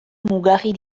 mugarri